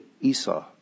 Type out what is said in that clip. Esau